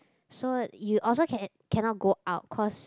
so you also can cannot go out cause